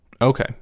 Okay